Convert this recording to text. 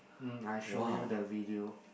hmm I show you the video